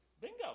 Bingo